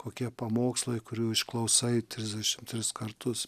kokie pamokslai kurių išklausai trisdešimt trys kartus